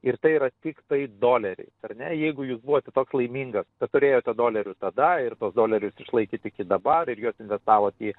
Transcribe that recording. ir tai yra tiktai doleriai ar ne jeigu jūs buvote toks laimingas kad turėjote dolerius tada ir tuos dolerius išlaikėt iki dabar ir juos vetavot į